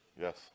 yes